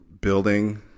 building